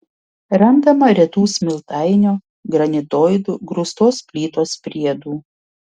randama retų smiltainio granitoidų grūstos plytos priedų